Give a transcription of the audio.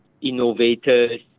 innovators